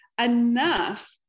enough